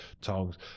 tongs